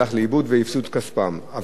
אבל בוודאי ממונם של העובדים,